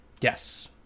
yes